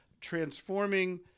Transforming